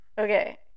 okay